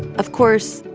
of course,